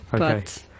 Okay